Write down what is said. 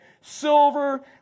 silver